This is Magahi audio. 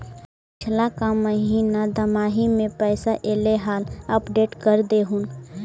पिछला का महिना दमाहि में पैसा ऐले हाल अपडेट कर देहुन?